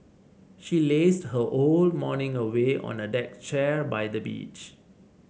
she lazed her whole morning away on a deck chair by the beach